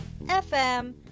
fm